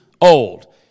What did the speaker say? old